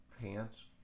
pants